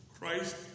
Christ